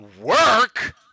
work